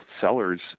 sellers